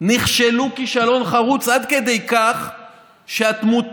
הם נכשלו כישלון חרוץ עד כדי כך שהתמותה